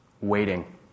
waiting